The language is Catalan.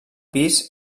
pis